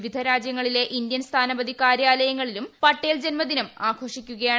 വിവിധ രാജ്യങ്ങളിലെ ഇന്ത്യൻ സ്ഥാനപതി കാര്യാലയങ്ങളിലും പട്ടേൽ ജന്മദിനം ആഘോഷിക്കുകയാണ്